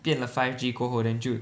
变了 five G 过后 then 就